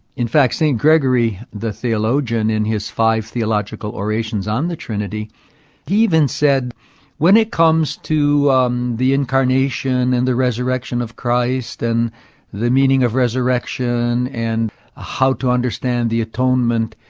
in fact, st. gregory the theologian, in his five theological orations on the trinity, he even said when it comes to the incarnation and the resurrection of christ and the meaning of resurrection and how to understand the atonement,